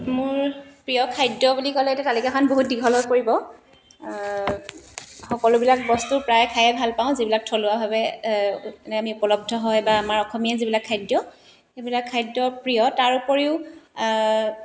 মোৰ প্ৰিয় খাদ্য বুলি ক'লে এতিয়া তালিকাখন বহুত দীঘলত পৰিব সকলোবিলাক বস্তু প্ৰায় ভাল পাওঁ যিবিলাক থলুৱাভাৱে এনে আমি উপলব্ধ হয় বা আমাৰ অসমীয়া যিবিলাক খাদ্য সেইবিলাক খাদ্য প্ৰিয় তাৰ উপৰিও